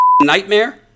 nightmare